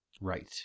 Right